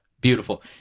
Beautiful